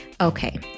Okay